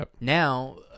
Now